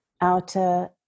outer